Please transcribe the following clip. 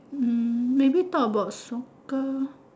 hmm maybe talk about soccer